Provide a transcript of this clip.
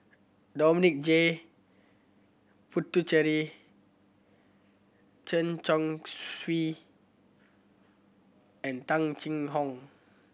Dominic J Puthucheary Chen Chong Swee and Tung Chye Hong